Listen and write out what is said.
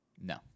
No